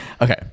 okay